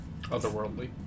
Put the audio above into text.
otherworldly